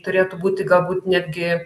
turėtų būti galbūt netgi